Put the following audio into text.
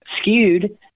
skewed